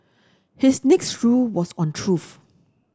his next rule was on truth